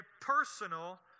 personal